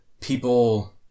people